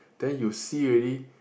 then you see already